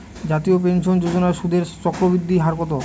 জাতীয় পেনশন যোজনার সুদের চক্রবৃদ্ধি হার কত?